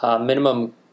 Minimum